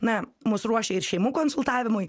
na mus ruošia ir šeimų konsultavimui